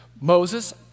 Moses